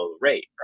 rate